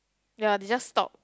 ya they just stop